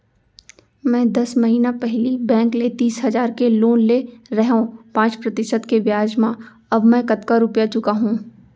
मैं दस महिना पहिली बैंक ले तीस हजार के लोन ले रहेंव पाँच प्रतिशत के ब्याज म अब मैं कतका रुपिया चुका हूँ?